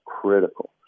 critical